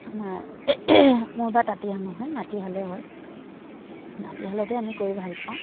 আমাৰ মোৰ বাৰু তাঁতিশাল নহয় মাটিশালেই হয় মাটিশালতে আমি কৰি ভালপাওঁ